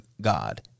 God